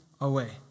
away